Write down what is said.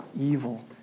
Evil